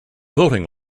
voting